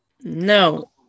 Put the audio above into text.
No